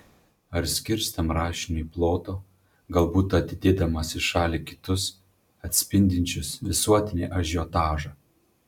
ar skirs tam rašiniui ploto galbūt atidėdamas į šalį kitus atspindinčius visuotinį ažiotažą